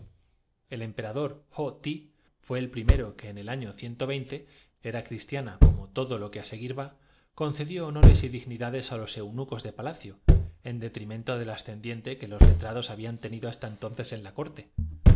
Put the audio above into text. emperador ho ti fué el primero que en el año era cristiana como todo lo que á seguir va concedió flota hacia aquella parte en busca del gran reforma honores y dignidades á los eunucos de palacio en de dor las naves fueron bastante lejos pero no atrevién trimento del ascendiente que los letrados habían teni dose á ir más allá abordaron una isla en que encon do hasta entonces en la corte